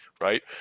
right